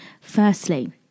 Firstly